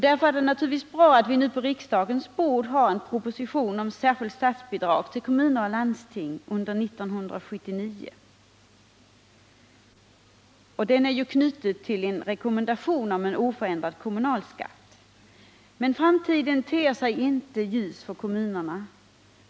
Därför är det naturligtvis bra att vi nu på riksdagens bord har en proposition om särskilt statsbidrag till kommuner och landsting under 1979. Propositionen är ju knuten till en rekommendation om oförändrad kommunalskatt. Men framtiden ter sig inte ljus för kommunerna.